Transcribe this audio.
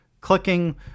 clicking